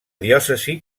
diòcesi